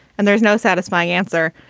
and there's no satisfying answer.